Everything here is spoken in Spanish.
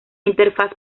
interfaz